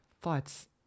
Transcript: thoughts